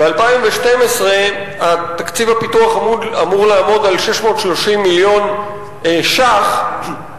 ב-2012 תקציב הפיתוח אמור לעמוד על 630 מיליון שקלים,